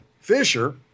Fisher